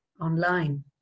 online